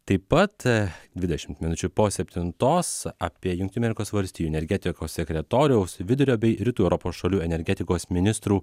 taip pat dvidešimt minučių po septintos apie jungtinių amerikos valstijų energetikos sekretoriaus vidurio bei rytų europos šalių energetikos ministrų